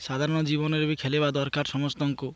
ସାଧାରଣ ଜୀବନରେ ବି ଖେଳିବା ଦରକାର ସମସ୍ତଙ୍କୁ